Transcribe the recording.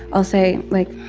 i'll say, like,